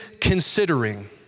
considering